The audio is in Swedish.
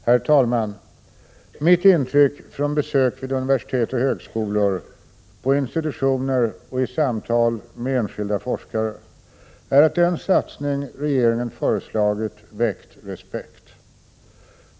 Herr talman! Mitt intryck från besök vid universitet och högskolor, på institutioner och i samtal med enskilda forskare, är att den satsning regeringen föreslagit väckt respekt.